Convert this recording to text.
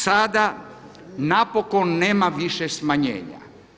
Sada napokon nema više smanjenja.